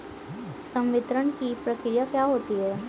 संवितरण की प्रक्रिया क्या होती है?